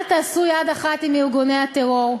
אל תעשו יד אחת עם ארגוני הטרור.